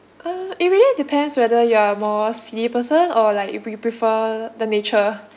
uh it really depends whether you are more scenic person or like if you prefer the nature